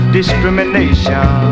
discrimination